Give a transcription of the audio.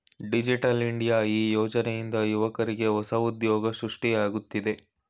digital India ಈ ಯೋಜನೆಯಿಂದ ಯುವಕ್ರಿಗೆ ಹೊಸ ಉದ್ಯೋಗ ಸೃಷ್ಟಿಯಾಗುತ್ತಿದೆ